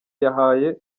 yahaye